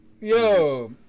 Yo